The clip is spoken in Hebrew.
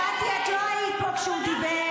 תודה רבה.